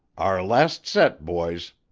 our last set, boys.